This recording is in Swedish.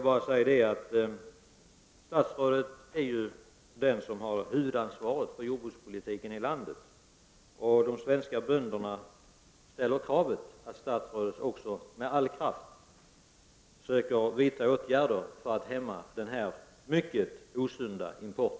Herr talman! Statsrådet är den som har huvudansvaret för jordbrukspolitiken i landet. De svenska bönderna ställer kravet att statsrådet med all kraft söker vidta åtgärder för att hämma denna mycket osunda import.